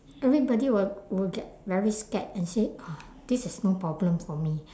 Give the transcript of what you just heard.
everybody will will get very scared and say uh this is no problem for me